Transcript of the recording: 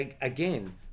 again